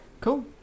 cool